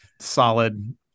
solid